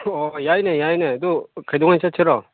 ꯑꯣ ꯌꯥꯏꯅꯦ ꯌꯥꯏꯅꯦ ꯑꯗꯣ ꯀꯩꯗꯧꯉꯩ ꯆꯠꯁꯤꯔꯣ